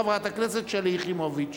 חברת הכנסת שלי יחימוביץ.